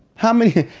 how many?